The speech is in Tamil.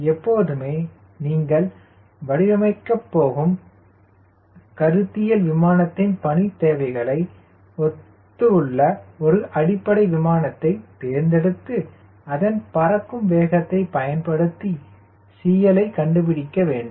எப்போதுமே நீங்கள் வடிவமைக்கும் கருத்தியல் விமானத்தின் பணி தேவை ஒத்துள்ள ஒரு அடிப்படை விமானத்தை தேர்ந்தெடுத்து அதன் பறக்கும் வேகத்தை பயன்படுத்தி CL யை கண்டுபிடிக்க வேண்டும்